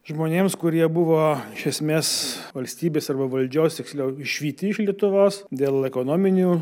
žmonėms kurie buvo iš esmės valstybės arba valdžios tiksliau išvyti iš lietuvos dėl ekonominių